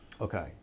Okay